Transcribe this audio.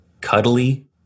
cuddly